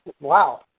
Wow